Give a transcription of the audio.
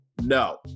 No